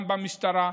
גם במשטרה,